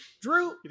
drew